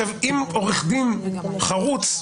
אם עורך דין חרוץ,